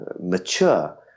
mature